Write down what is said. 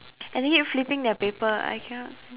and they keep flipping their paper I cannot